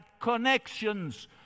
connections